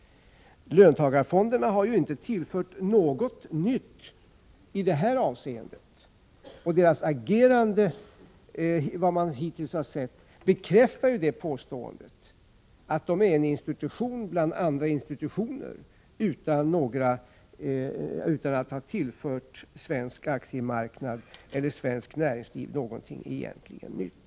Löntagarfonderna har inte tillfört något nytt i detta avseende, och deras agerande hittills bekräftar påståendet att de utgör en institution bland andra institutioner och att de inte har tillfört svensk aktiemarknad eller svenskt näringsliv något nytt i egentlig mening.